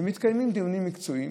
מתקיימים דיונים מקצועיים,